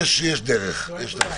יש דרכים.